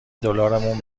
دلارمون